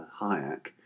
Hayek